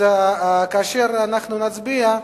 כאשר אנחנו נצביע,